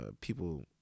people